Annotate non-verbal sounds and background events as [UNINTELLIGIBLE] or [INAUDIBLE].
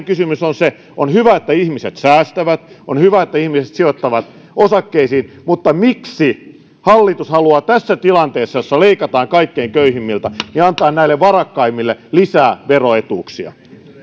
[UNINTELLIGIBLE] kysymys on on hyvä että ihmiset säästävät on hyvä että ihmiset sijoittavat osakkeisiin mutta miksi hallitus haluaa tässä tilanteessa jossa leikataan kaikkein köyhimmiltä antaa näille varakkaimmille lisää veroetuuksia